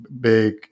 big